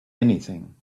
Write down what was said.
anything